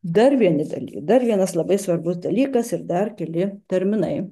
dar vieni daly dar vienas labai svarbus dalykas ir dar keli terminai